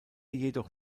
jedoch